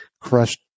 crushed